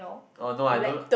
oh no I don't